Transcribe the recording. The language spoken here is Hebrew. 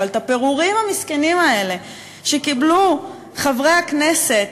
אבל את הפירורים המסכנים האלה שקיבלו חברי הכנסת,